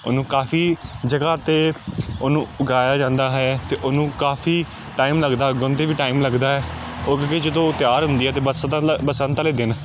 ਉਹਨੂੰ ਕਾਫ਼ੀ ਜਗ੍ਹਾ 'ਤੇ ਉਹਨੂੰ ਉਗਾਇਆ ਜਾਂਦਾ ਹੈ ਅਤੇ ਉਹਨੂੰ ਕਾਫ਼ੀ ਟਾਈਮ ਲੱਗਦਾ ਉਗਾਉਂਦੇ ਵੀ ਟਾਈਮ ਲੱਗਦਾ ਹੈ ਉਹ ਕਿਉਂਕਿ ਜਦੋਂ ਤਿਆਰ ਹੁੰਦੀ ਹੈ ਤਾਂ ਬਸੰ ਦਾ ਲਾ ਬਸੰਤ ਵਾਲੇ ਦਿਨ